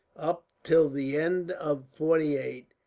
up till the end of forty-eight,